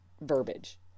verbiage